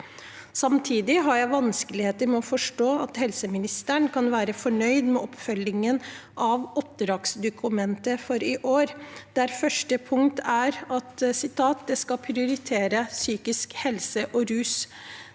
Samtidig har jeg vanskeligheter med å forstå at helseministeren kan være fornøyd med oppfølgingen av oppdragsdokumentet for i år, der første punkt er at man skal prioritere psykisk helse og rus.